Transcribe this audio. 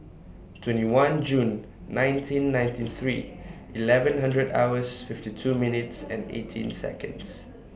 twenty one June nineteen ninety three eleven hundred hours fifty two minutes and eighteen Seconds